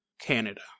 Canada